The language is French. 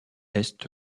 est